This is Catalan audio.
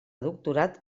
doctorat